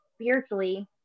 spiritually